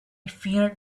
fear